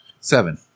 seven